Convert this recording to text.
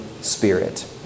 spirit